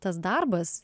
tas darbas